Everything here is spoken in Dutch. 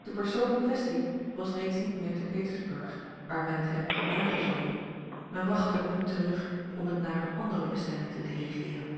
de persoon in kwestie was reeds niet meer te petersburg waar men het hem had nagezonden men wachtte het nu terug om het naar eene andere bestemming te dirigeeren